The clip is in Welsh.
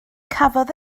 cafodd